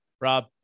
Rob